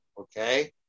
okay